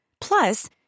Plus